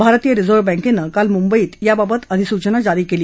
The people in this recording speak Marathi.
भारतीय रिझर्व्ह बँकेन काल मुंबईत याबाबत अधिसूचना जारी केली